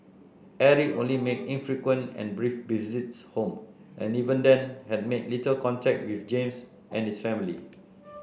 Eric only made infrequent and brief visits home and even then had made little contact with James and his family